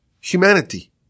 humanity